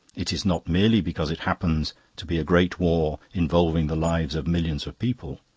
it is not merely because it happens to be a great war involving the lives of millions of people,